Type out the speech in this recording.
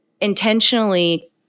intentionally